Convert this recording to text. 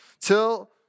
Till